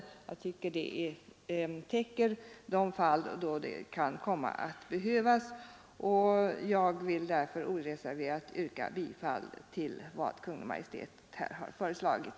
Propositionen täcker enligt mitt förmenande de fall då föreskrifter kan behöva meddelas. Därför vill jag oreserverat yrka bifall till vad Kungl. Maj:t här har föreslagit.